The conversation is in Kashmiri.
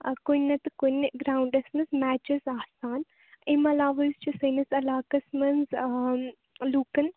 ادٕ کُنہِ نَتہٕ کُنہِ گرٛاونٛڈَس منٛز میٚچ حظ آسان امہِ علاوٕ حظ چھِ سٲنِس علاقَس منٛز آ لوٗکَن